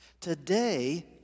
Today